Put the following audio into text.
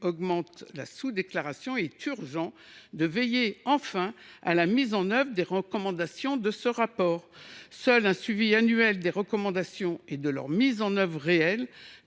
nombre de sous déclarations, il est urgent de veiller enfin à la mise en œuvre des recommandations de ce rapport. Seul un suivi annuel de ses recommandations et de leur mise en œuvre réelle